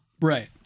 right